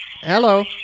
Hello